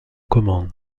commande